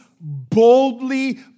boldly